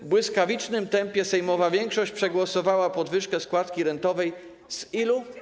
W błyskawicznym tempie sejmowa większość przegłosowała podwyżkę składki rentowej z ilu?